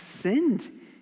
sinned